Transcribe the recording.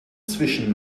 zwischen